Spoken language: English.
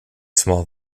small